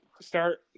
start